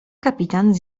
kapitan